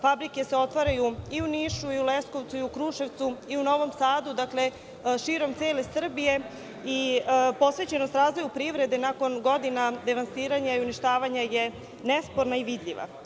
Fabrike se otvaraju i u Nišu i u Leskovcu i Kruševcu i u Novom Sadu, dakle, širom cele Srbije i posvećenost razvoju privrede nakon godina devastiranja i uništavanja je nesporna i vidljiva.